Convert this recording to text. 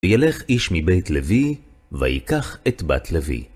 ילך איש מבית לוי, ויקח את בת לוי.